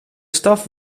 staf